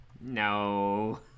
No